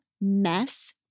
Mess